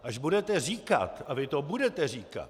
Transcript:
Až budete říkat a vy to budete říkat!